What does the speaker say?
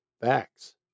facts